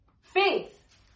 Faith